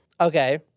Okay